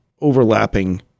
overlapping